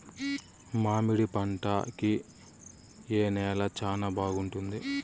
మామిడి పంట కి ఏ నేల చానా బాగుంటుంది